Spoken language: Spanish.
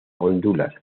honduras